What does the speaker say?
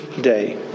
day